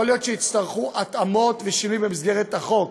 יכול להיות שיידרשו התאמות ושינויים במסגרת החוק.